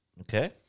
Okay